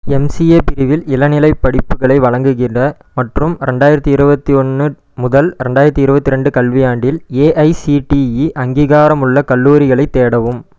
MCA பிரிவில் இளநிலைப் படிப்புகளை வழங்குகிற மற்றும் ரெண்டாயிரத்து இருபத்தி ஒன்று முதல் ரெண்டாயிரத்து இருபத்து ரெண்டு கல்வியாண்டில் ஏஐசிடிஇ அங்கீகாரமுள்ள கல்லூரிகளைத் தேடவும்